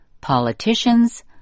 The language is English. politicians